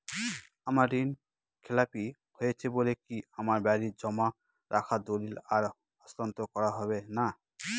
আমার ঋণ খেলাপি হয়েছে বলে কি আমার বাড়ির জমা রাখা দলিল আর হস্তান্তর করা হবে না?